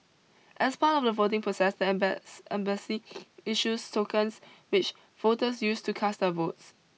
as part of the voting process the embassy issues tokens which voters use to cast their votes